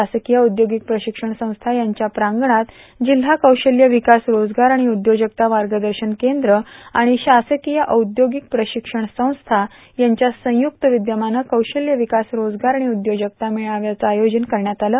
शासकीय औद्योगिक प्रशिक्षण संस्था यांच्या प्रांगणात जिल्हा कौशल्य विकास रोजगार आणि उद्योजकता मार्गदर्शन केंद्र आणि शासकीय औद्योगिक प्रशिक्षण संस्था यांच्या संय्रक्त विद्यमानं कौशल्य विकास रोजगार आणि उद्योजकता मेळाव्याच आयोजन करण्यात आलं